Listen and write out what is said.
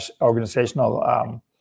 organizational